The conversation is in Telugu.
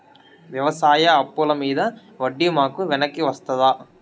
వ్యవసాయ అప్పుల మీద వడ్డీ మాకు వెనక్కి వస్తదా?